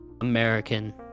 american